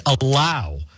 allow